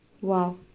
Wow